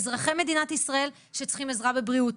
אני פניות ציבור לאזרחי מדינת ישראל שצריכים עזרה בבריאות,